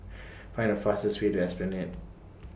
Find The fastest Way to Esplanade